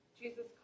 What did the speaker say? Jesus